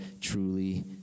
truly